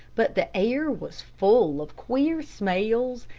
but the air was full of queer smells,